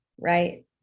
right